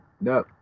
no